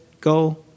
go